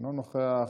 אינו נוכח,